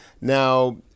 Now